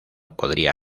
podría